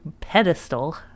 pedestal